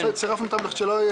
צירפנו אותן כדי שלא יהיה